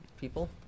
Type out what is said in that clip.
people